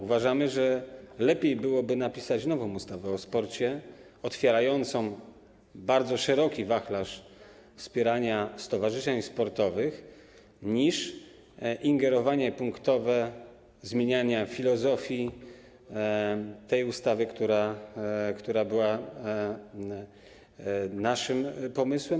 Uważamy, że lepiej byłoby napisać nową ustawę o sporcie, otwierającą bardzo szeroki wachlarz wspierania stowarzyszeń sportowych, niż ingerować punktowo, zmieniać filozofię tej ustawy, która była naszym pomysłem.